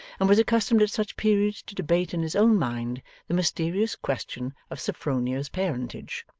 and was accustomed at such periods to debate in his own mind the mysterious question of sophronia's parentage.